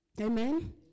Amen